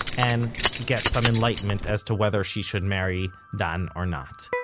and get some enlightenment as to whether she should marry dan or not